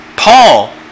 Paul